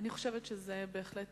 אני חושבת שזה בהחלט